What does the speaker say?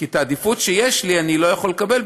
כי את העדיפות שיש לי אני לא יכול לקבל,